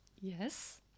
Yes